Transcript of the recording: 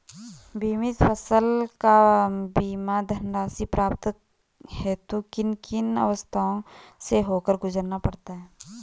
बीमित फसल का बीमा धनराशि प्राप्त करने हेतु किन किन अवस्थाओं से होकर गुजरना पड़ता है?